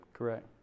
Correct